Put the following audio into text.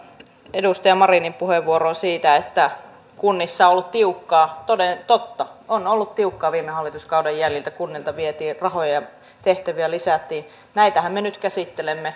edustaja marinin puheenvuoroon siitä että kunnissa on ollut tiukkaa toden totta on ollut tiukkaa viime hallituskauden jäljiltä kunnilta vietiin rahoja ja tehtäviä lisättiin näitähän me nyt käsittelemme